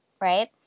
right